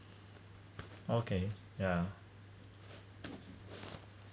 okay ya